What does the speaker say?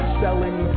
selling